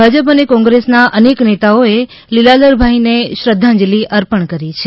ભાજપ અને કોંગ્રેસના અનેક નેતાઓએ લીલાધરભાઈને શ્રદ્ધાંજલી અર્પણ કરી છે